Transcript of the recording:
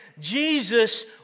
Jesus